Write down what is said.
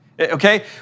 Okay